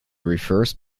reverse